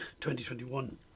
2021